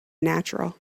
natural